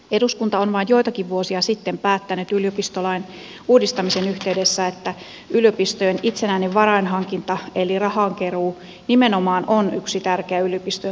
eduskunta on vain joitakin vuosia sitten päättänyt yliopistolain uudistamisen yhteydessä että yliopistojen itsenäinen varainhankinta eli rahankeruu on nimenomaan yksi tärkeä yliopistojen rahoituksen muoto